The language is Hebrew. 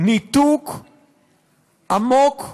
ניתוק עמוק,